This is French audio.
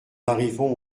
arrivons